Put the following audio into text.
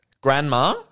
grandma